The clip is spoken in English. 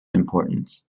importance